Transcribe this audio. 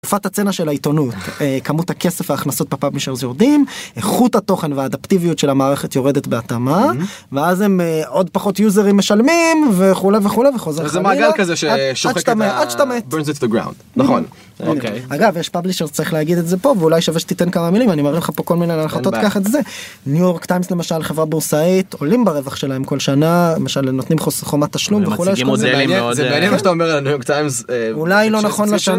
תקופת הצנע של העיתונות, כמות הכסף הכנסות בפאבלישרס יורדים, איכות התוכן והאדפטיביות של המערכת יורדת בהתאמה, ואז הם עוד פחות יוזרים משלמים וכולי וכולי וחוזר חלילה. זה מעגל כזה ש... פרינטסס טו גרם. נכון. אוקיי. אגב, יש פבלישרס שצריך להגיד את זה פה ואולי שווה שתיתן כמה מילים, אני מרים לך פה כל מיני להנחתות ככה וזה. New York Times למשל חברה בורסאית, עולים ברווח שלהם כל שנה, למשל נותנים חומת תשלום. זה מעניין מה שאתה אומר על הניו יורק טיימס. אולי לא נכון מה ש...